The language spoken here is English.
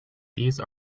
these